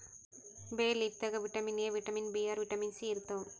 ಬೇ ಲೀಫ್ ದಾಗ್ vitamin A, vitamin B ಆರ್, ವಿಟಮಿನ್ ಸಿ ಇರ್ತವ್